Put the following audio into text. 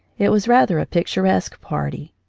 it was rather a picturesque party.